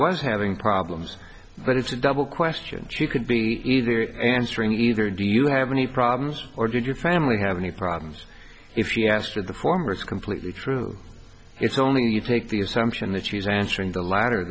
was having problems but it's a double question she could be either answering either do you have any problems or did your family have any problems if she asked for the former is completely true it's only if you take the assumption that she is answering the la